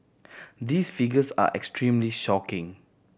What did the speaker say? these figures are extremely shocking